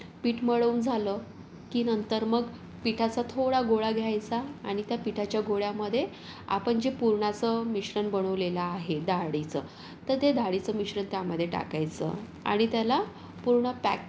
पीठ मळवून झालं की नंतर मग पिठाचा थोडा गोळा घ्यायचा आणि त्या पिठाच्या गोळ्यामध्ये आपण जे पुरणाचं मिश्रण बनवलेलं आहे डाळीचं तर ते डाळीचं मिश्रण त्यामध्ये टाकायचं आणि त्याला पूर्ण पॅक